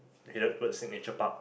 headed towards signature park